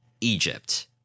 Egypt